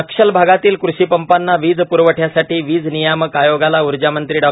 नक्षल भागातील कृषी पंपाना वीज प्रवठ्यासाठी वीज नियामक आयोगाला ऊर्जामंत्री डॉ